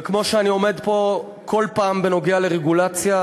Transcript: וכמו שאני עומד פה כל פעם בנוגע לרגולציה,